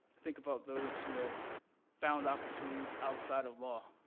think about those who have found opportunities outside of law.